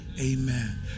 amen